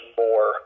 more